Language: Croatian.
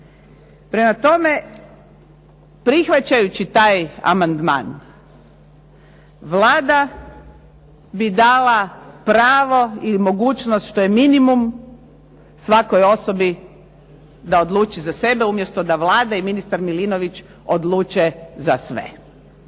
Prema tome, prihvaćajući taj amandman Vlada bi dala pravo i mogućnost, što je minimum svakoj osobi da odluči za sebe, umjesto da Vlada i ministar Milinović odluče za sve.